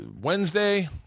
Wednesday